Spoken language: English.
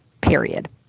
period